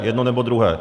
Jedno, nebo druhé.